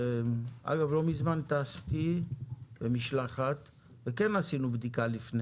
אגב, לא מזמן טסתי במשלחת, וכן עשינו בדיקה לפני